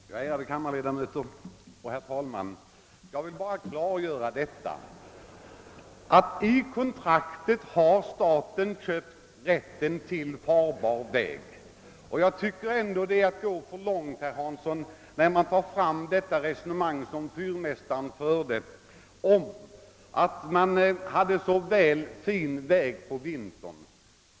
Herr talman, ärade kammarledamöter! Jag vill bara klargöra att enligt gällande kontrakt har staten köpt rätten till farbar väg upp till Kullens fyr. Jag tycker ändå att det är att gå litet väl långt, herr Hansson, om man tar fram det resonemang som den fyrmästare som här nämnts förde, nämligen att det var så god väg på vintern.